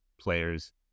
players